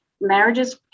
marriages